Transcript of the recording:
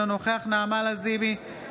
אינו נוכח נעמה לזימי,